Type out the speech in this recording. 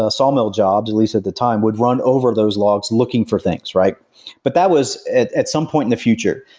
ah sawmill jobs at least at the time, would run over those logs looking for things but that was at at some point in the future.